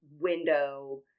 window